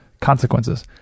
consequences